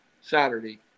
Saturday